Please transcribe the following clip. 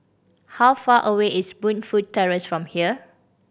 how far away is Burnfoot Terrace from here